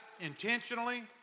intentionally